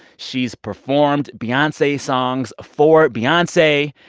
she's performed beyonce songs for beyonce.